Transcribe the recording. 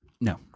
No